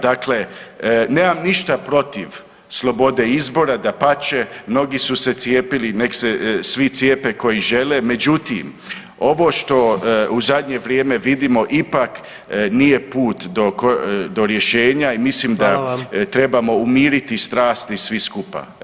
Dakle, nemam ništa protiv slobode izbora, dapače, mnogi su se cijepili, nek se svi cijepe koji žele, međutim ovo što u zadnje vrijeme vidimo ipak nije put do rješenja i mislim [[Upadica predsjednik: Hvala vam.]] da trebamo umiriti strasti svi skupa.